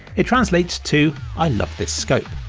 it translates to i love this scope.